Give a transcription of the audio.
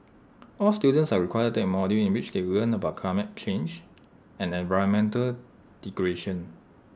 all students are required to take A module in which they learn about climate change and environmental degradation